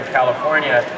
California